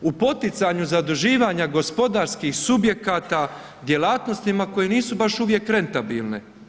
U poticanju zaduživanja gospodarskih subjekata djelatnostima koje nisu baš uvijek rentabilne.